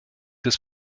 des